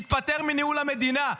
תתפטר מניהול המדינה.